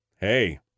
hey